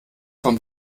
vom